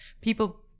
people